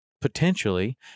potentially